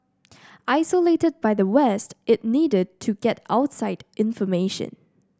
isolated by the West it needed to get outside information